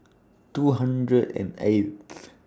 two hundred and eighth